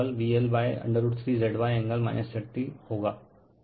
तो Ia केवल VL 3 Zy angle 30 होगा